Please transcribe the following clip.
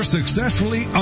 Successfully